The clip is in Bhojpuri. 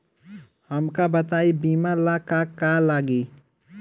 हमका बताई बीमा ला का का लागी?